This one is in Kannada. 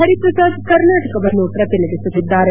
ಹರಿಪ್ರಸಾದ್ ಕರ್ನಾಟಕವನ್ನು ಪ್ರತಿನಿಧಿಸುತ್ತಿದ್ದಾರೆ